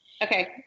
Okay